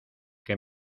que